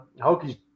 Hokies